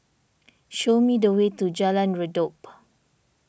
show me the way to Jalan Redop